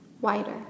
wider